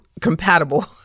compatible